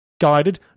Guided